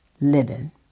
living